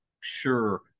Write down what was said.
sure